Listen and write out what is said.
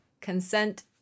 consent